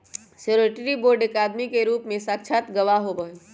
surety bond एक आदमी के रूप में साक्षात गवाह होबा हई